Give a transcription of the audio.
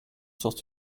sort